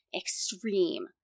extreme